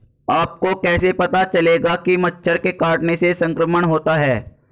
आपको कैसे पता चलेगा कि मच्छर के काटने से संक्रमण होता है?